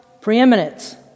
preeminence